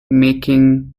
making